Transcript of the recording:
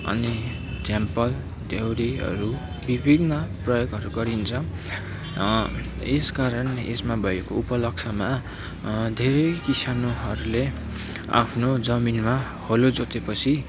अनि झ्याम्पल ध्यौरीहरू विभिन्न प्रयोगहरू गरिन्छ यसकारण यसमा भएको उपल्क्षमा धेरै किसानहरूले आफ्नो जमिनमा हलो जोतेपछि